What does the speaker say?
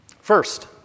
First